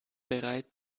bereit